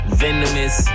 venomous